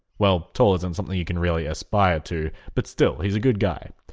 well tall isn't something you can really aspire to, but still he's a good guy.